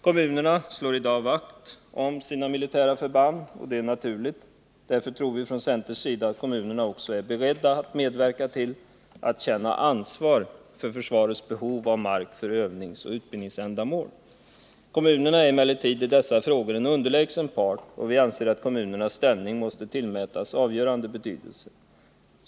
Kommunerna slår i dag vakt om sina militära förband, och det är naturligt. Därför tror vi från centerns sida att kommunerna också är beredda att medverka och att känna ansvar för försvarets behov av mark för övningsoch utbildningsändamål. Kommunerna är emellertid i dessa frågor en underlägsen part, och vi anser att kommunens inställning måste tillmätas avgörande betydelse.